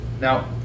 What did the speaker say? Now